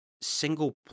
single